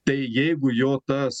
tai jeigu jo tas